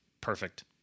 perfect